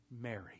Mary